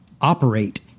operate